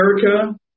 America